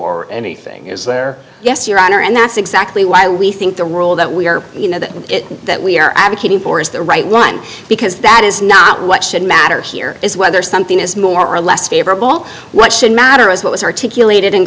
anything is there yes your honor and that's exactly why we think the role that we are you know that that we are advocating for is the right one because that is not what should matter here is whether something is more or less favorable what should matter is what was articulated in